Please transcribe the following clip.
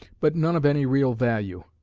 but none of any real value.